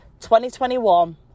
2021